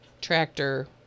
tractor